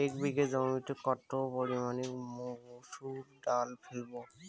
এক বিঘে জমিতে কত পরিমান মুসুর ডাল ফেলবো?